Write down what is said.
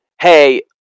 hey